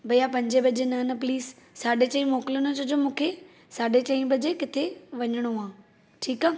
भईया पंजे बजे न न प्लीज़ साढे चईं मोकिलो न छो जो मूंखे साढे चईं बजे किथे वञणो आहे